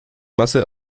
masse